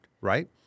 right